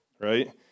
right